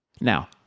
Now